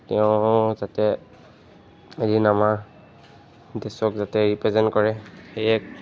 তেওঁ যাতে এদিন আমাৰ দেশক যাতে ৰিপ্ৰেজেণ্ট কৰে সেয়াই